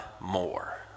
more